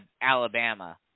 Alabama